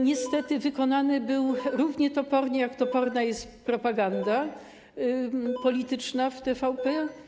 Niestety wykonany był równie toporne, jak toporna jest propaganda polityczna w TVP.